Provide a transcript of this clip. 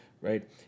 right